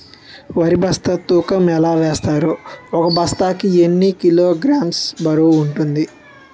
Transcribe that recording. వరి బస్తా తూకం ఎలా చూస్తారు? ఒక బస్తా కి ఎన్ని కిలోగ్రామ్స్ బరువు వుంటుంది?